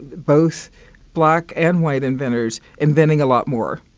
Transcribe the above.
both black and white inventors inventing a lot more.